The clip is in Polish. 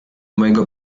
mojego